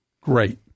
Great